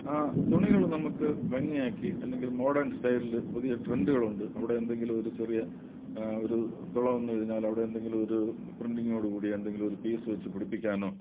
ആ തുണികൾ നമുക്ക് ഭംഗിയാക്കി അല്ലെങ്കിൽ മോഡേൺ സ്റ്റൈലിൽ പുതിയ ട്രെൻഡുകൾ ഉണ്ട് അവിടെ എന്തെങ്കിലും ഒരു ചെറിയ ഒരു തൊള വന്നുകഴിഞ്ഞാൽ അവിടെ എന്തെങ്കിലും ഒരു പ്രിൻറ്റിങ്ങോടു കൂടി എന്തെങ്കിലും ഒരു പീസ് വെച്ചു പിടിപ്പിക്കാനോ